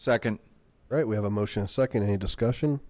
second right we have a motion a second any discussion